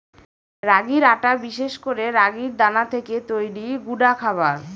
রাগির আটা বিশেষ করে রাগির দানা থেকে তৈরি গুঁডা খাবার